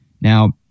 Now